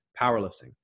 powerlifting